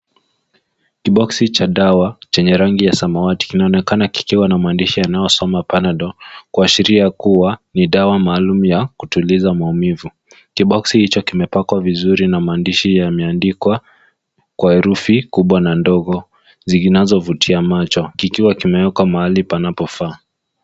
Kiboksi cha dawa chenye rangi ya samawati, kinaonekana kikiwa na maandishi yanayosoma panadol, kuashiria kuwa ni dawa maalum ya kutuliza maumivu. Kiboksi hicho kimepakwa vizuri na maandishi yameandikwa kwa herufi kubwa na ndogo zinazovutia macho, kikiwa kimewekwa mahali panapofaa.